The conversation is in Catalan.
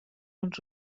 uns